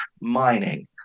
mining